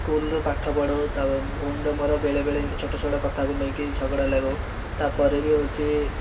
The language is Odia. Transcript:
ସ୍କୁଲ ରୁ ପାଠ ପଢୁ ଭଉଣୀ ର ମୋର ବେଳେ ବେଳେ ଏମିତି ଛୋଟ ଛୋଟ କଥା କୁ ନେଇକି ଝଗଡ଼ା ଲାଗୁ ତାପରେ ବି ହୋଉଛି